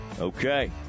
Okay